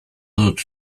dut